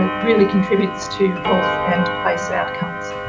ah really contributes to health and place outcomes.